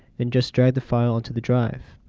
and just drag the file onto the drive.